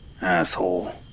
Asshole